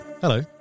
hello